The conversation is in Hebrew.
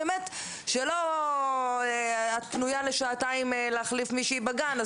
שלא "את פנויה לשעתיים להחליף מישהי בגן,